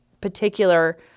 particular